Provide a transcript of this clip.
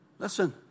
Listen